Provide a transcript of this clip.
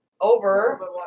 over